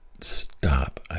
stop